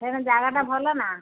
ସେ ଜାଗାଟା ଭଲ ନା